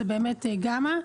זה גמא.